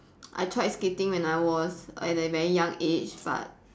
I tried skating when I was at a very young age but